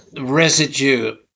residue